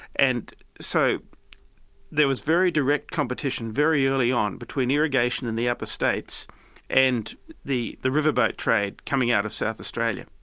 and so there was very direct competition very early on between irrigation in the upper states and the the riverboat trade coming out of south australia.